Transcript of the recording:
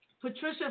Patricia